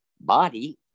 body